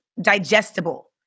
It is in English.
digestible